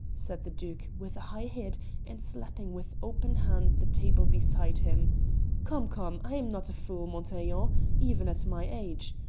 said the duke with a high head and slapping with open hand the table beside him come, come! i am not a fool, montaiglon even at my age.